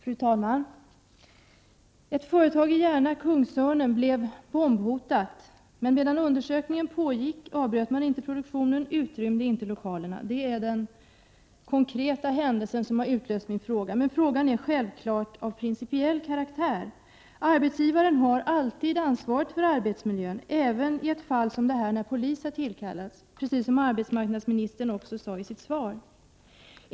Fru talman! Ett företag i Järna, Kungsörnen, blev bombhotat, men medan undersökningen pågick avbröt man inte produktionen och utrymde inte lokalerna. Det är den konkreta händelse som har utlöst min fråga, men frågan är självfallet av principiell karaktär. Arbetsgivaren har alltid ansvaret för arbetsmiljön även i fall som detta då polis har tillkallats, precis som arbetsmarknadsministern sade i sitt svar.